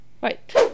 Right